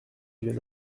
vieux